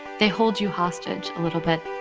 they hold you hostage a little bit.